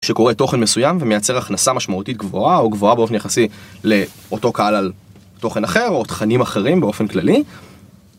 שקורא תוכן מסוים ומייצר הכנסה משמעותית גבוהה או גבוהה באופן יחסי לאותו קהל על תוכן אחר או תכנים אחרים באופן כללי